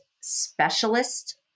specialist